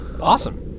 Awesome